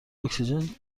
اکسیژن